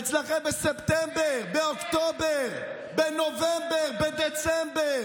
אצלכם בספטמבר, באוקטובר, בנובמבר, בדצמבר.